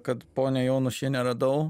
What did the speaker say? kad ponią jonušienę radau